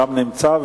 גם נמצא,